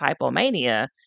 hypomania